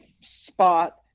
spot